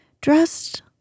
dressed